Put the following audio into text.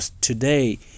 today